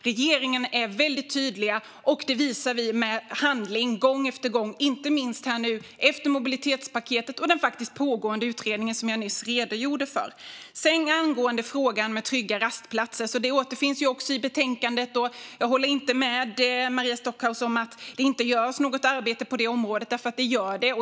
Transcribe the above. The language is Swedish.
Regeringen är väldigt tydlig, och det visar vi gång efter gång med handling, inte minst nu efter mobilitetspaketet och den pågående utredning som jag nyss redogjorde för. Frågan om trygga rastplatser återfinns också i betänkandet. Jag håller inte med Maria Stockhaus om att det inte görs något arbete på det området, för det gör det.